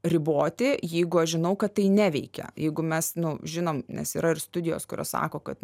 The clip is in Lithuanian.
riboti jeigu aš žinau kad tai neveikia jeigu mes nu žinom nes yra ir studijos kurios sako kad